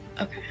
Okay